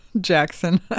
Jackson